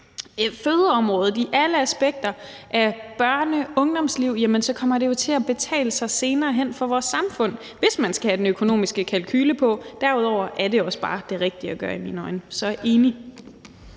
fødeområdet, i alle aspekter af børne- og ungdomsliv, så kommer det jo til at betale sig senere hen for vores samfund, hvis man skal have den økonomiske kalkule på. Derudover er det i mine øjne også bare det rigtige at gøre. Så jeg er enig.